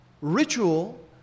ritual